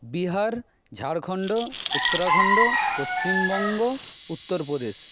Bihar Jharkhand Uttarakhand Paschimbanga Uttar Pradesh